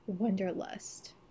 Wonderlust